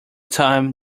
time